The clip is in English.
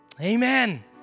Amen